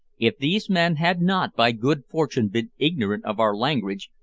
if these men had not, by good fortune, been ignorant of our language,